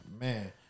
man